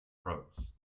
prose